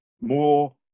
more